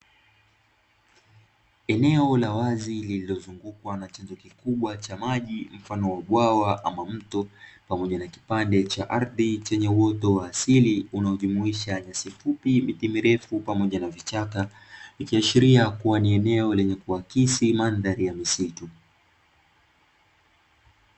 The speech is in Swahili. Eneo kubwa la wazi lililozungukwa na chanzo kikubwa cha maji mfano wa bwawa ama mto pamoja na kipande cha ardhi chenye uoto wa asili unaojumuisha nyasi fupi, miti mirefu pamoja na vichaka ikiashiria kuwa ni eneo lenye kuakisi mandhari ya msitu.